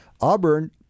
Auburn